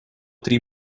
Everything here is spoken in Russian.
три